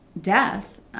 death